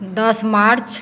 दस मार्च